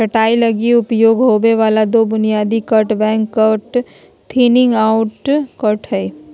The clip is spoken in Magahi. छंटाई लगी उपयोग होबे वाला दो बुनियादी cut back cut, thinning out cut हइ